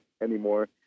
anymore